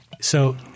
So-